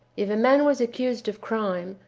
if a man was accused of crime,